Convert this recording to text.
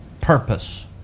purpose